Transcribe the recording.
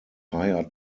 higher